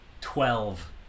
Twelve